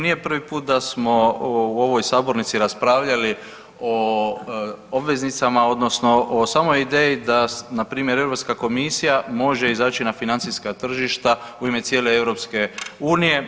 Nije prvi put da smo u ovoj sabornici raspravljali o obveznicama odnosno o samoj ideji da npr. Europska komisija može izaći na financijska tržišta u ime cijele EU.